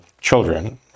children